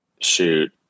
Shoot